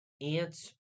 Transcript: ants